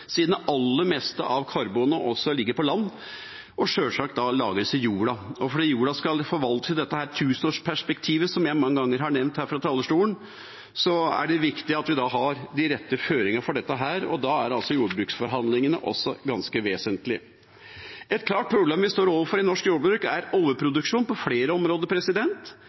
siden det aller mest av karbonet også ligger på land og sjølsagt da lagres i jorda. Fordi jorda skal forvaltes i dette tusenårsperspektivet, som jeg mange ganger har nevnt her fra talerstolen, er det viktig at vi har de rette føringer for dette, og da er altså jordbruksforhandlingene også ganske vesentlige. Et klart problem vi står overfor i norsk jordbruk, er overproduksjon på flere områder: